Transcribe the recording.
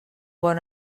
bon